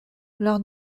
leurs